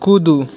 कूदू